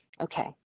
okay